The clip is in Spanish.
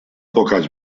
pocas